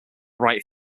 right